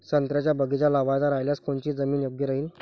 संत्र्याचा बगीचा लावायचा रायल्यास कोनची जमीन योग्य राहीन?